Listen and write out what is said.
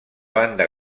banda